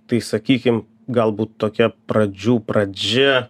tai sakykim galbūt tokia pradžių pradžia